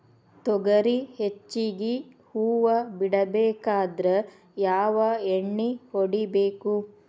ತೊಗರಿ ಹೆಚ್ಚಿಗಿ ಹೂವ ಬಿಡಬೇಕಾದ್ರ ಯಾವ ಎಣ್ಣಿ ಹೊಡಿಬೇಕು?